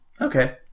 Okay